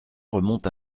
remonte